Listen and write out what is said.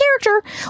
character